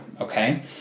okay